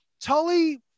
tully